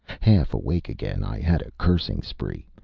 half awake again, i had a cursing spree,